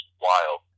wild